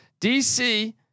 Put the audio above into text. DC